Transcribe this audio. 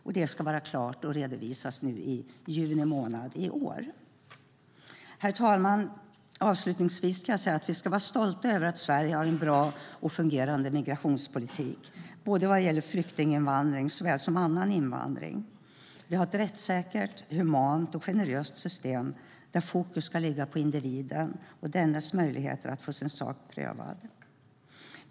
Uppdraget ska vara klart och redovisas i juni månad i år. Herr talman! Avslutningsvis kan jag säga att vi ska vara stolta över att Sverige har en bra och fungerande migrationspolitik vad gäller flyktinginvandring såväl som annan invandring. Vi har ett rättssäkert, humant och generöst system där fokus ska ligga på individen och dennes möjligheter att få sin sak prövad.